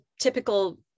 typical